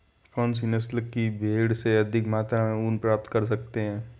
कौनसी नस्ल की भेड़ से अधिक मात्रा में ऊन प्राप्त कर सकते हैं?